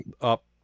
up